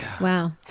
Wow